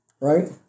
right